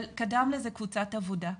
אבל קדמה לזה קבוצת עבודה,